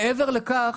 מעבר לכך,